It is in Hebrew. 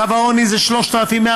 קו העוני זה 3,158,